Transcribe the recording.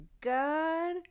god